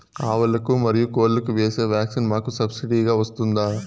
ఆవులకు, మరియు కోళ్లకు వేసే వ్యాక్సిన్ మాకు సబ్సిడి గా వస్తుందా?